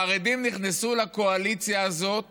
החרדים נכנסו לקואליציה הזאת